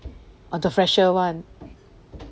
orh the fresher [one]